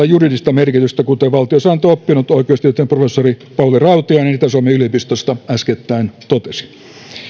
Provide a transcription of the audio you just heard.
juridista merkitystä kuten valtiosääntöoppinut oikeustieteen professori pauli rautiainen itä suomen yliopistosta äskettäin totesi